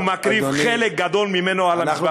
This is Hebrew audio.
ומקריב חלק גדול ממנו על המזבח הפוליטי.